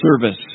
service